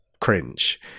cringe